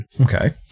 Okay